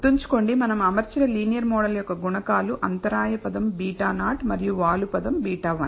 గుర్తుంచుకోండి మనం అమర్చిన లీనియర్ మోడల్ యొక్క గుణకాలు అంతరాయ పదం β0 మరియు వాలు పదం β1